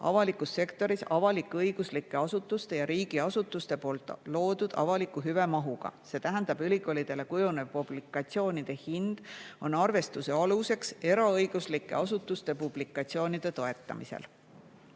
avalikus sektoris avalik-õiguslike asutuste ja riigiasutuste poolt loodud avaliku hüve mahuga ja see tähendab, et ülikoolidele kujunev publikatsioonide hind on arvestuse aluseks eraõiguslike asutuste publikatsioonide toetamisel.